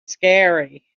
scary